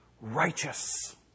righteous